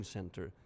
Center